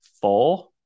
four